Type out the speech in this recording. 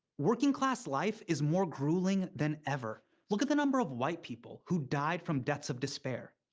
working-class life is more grueling than ever. look at the number of white people who died from deaths of despair.